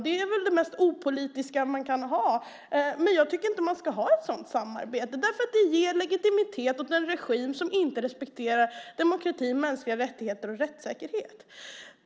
Det är väl det mest opolitiska man kan ha, men jag tycker inte att man ska ha ett sådant samarbete, därför att det ger legitimitet åt en regim som inte respekterar demokrati, mänskliga rättigheter och rättssäkerhet.